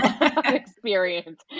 experience